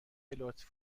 لطف